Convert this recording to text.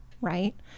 right